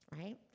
right